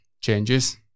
Changes